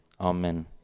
amen